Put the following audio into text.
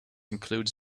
includes